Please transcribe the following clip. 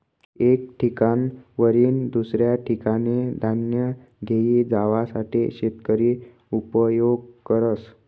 एक ठिकाणवरीन दुसऱ्या ठिकाने धान्य घेई जावासाठे शेतकरी उपयोग करस